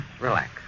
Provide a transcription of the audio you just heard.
relax